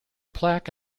plaque